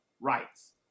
rights